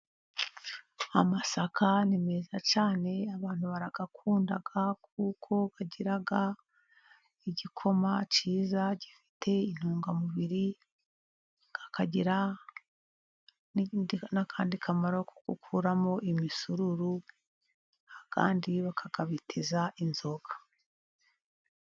Amasaka ni meza cyane abantu barayakunda, kuko agira igikoma cyiza gifite intungamubiri, akagira n'akandi kamaro ko gukuramo imisururu, kandi bakayabiteza inzoga.